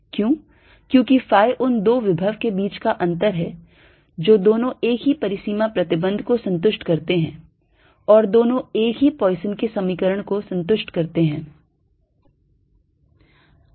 क्यों क्योंकि phi उन दो विभव के बीच का अंतर है जो दोनों एक ही परिसीमा प्रतिबंध को संतुष्ट करते हैं और दोनों एक ही पॉइसन के समीकरण को संतुष्ट करते हैं